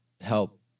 help